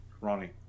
Ronnie